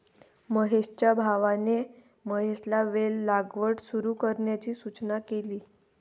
महेशच्या भावाने महेशला वेल लागवड सुरू करण्याची सूचना केली